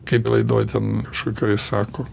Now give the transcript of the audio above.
kaip laidoj ten kažkokioj sako